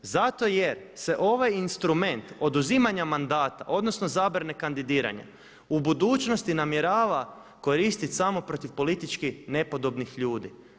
Zato jer se ovaj instrument oduzimanja mandata, odnosno zabrane kandidiranja u budućnosti namjerava koristiti samo protiv politički nepodobnih ljudi.